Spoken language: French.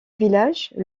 village